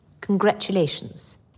Congratulations